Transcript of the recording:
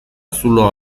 zuloa